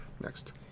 next